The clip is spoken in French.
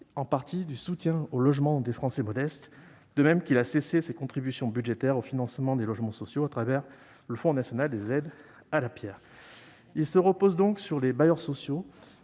en partie du soutien au logement des Français modestes, de même qu'il a cessé ses contributions budgétaires au financement des logements sociaux au travers du Fonds national des aides à la pierre (FNAP). L'État se repose donc sur les bailleurs sociaux